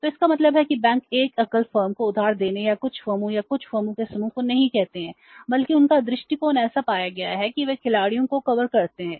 तो इसका मतलब है कि बैंक 1 एकल फर्म को उधार देने या कुछ फर्मों या शायद कुछ फर्मों के समूह को नहीं कहते हैं बल्कि उनका दृष्टिकोण ऐसा पाया गया है कि वे कई खिलाड़ियों को कवर करते हैं